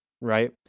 right